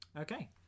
Okay